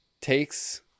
takes